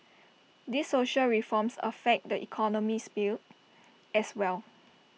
these social reforms affect the economic sphere as well